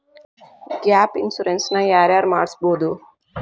Gap insurance ನ ಯಾರ್ ಯಾರ್ ಮಡ್ಸ್ಬೊದು?